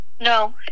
No